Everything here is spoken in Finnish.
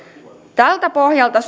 tältä pohjalta